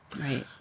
right